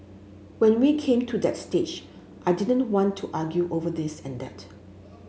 when we came to that stage I didn't want to argue over this and that